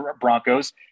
broncos